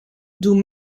doe